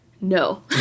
No